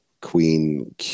Queen